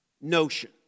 notion